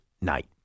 night